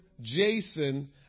Jason